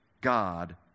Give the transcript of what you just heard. God